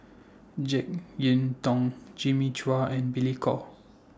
Jek Yeun Thong Jimmy Chua and Billy Koh